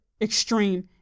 extreme